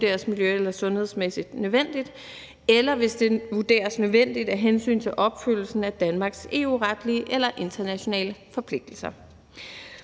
hvis det vurderes miljø- eller sundhedsmæssigt nødvendigt, eller hvis det vurderes nødvendigt af hensyn til opfyldelsen af Danmarks EU-retlige eller internationale forpligtelser.